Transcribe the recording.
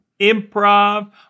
improv